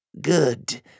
Good